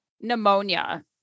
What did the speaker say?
pneumonia